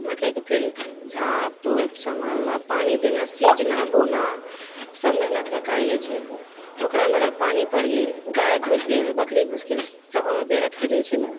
मकई के फेर झाँप तोप सम्हालना पानि देना सीञ्चना बोना सब मेहनतके कार्य छै ओकरामे अगर पानि पड़ि गेल गाय घुसि गेल बकरी घुसि गेल सभ हमर व्यर्थ होइ जाइ छै ने